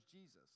Jesus